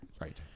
Right